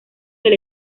del